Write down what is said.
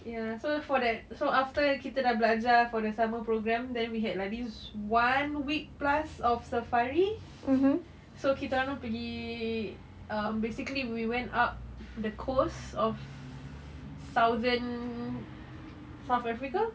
ya so for that after kita dah belajar for the summer programme then we had like this one week plus of safari so kita orang pergi um basically we went up the coast of southern south africa